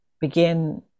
begin